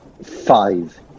Five